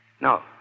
No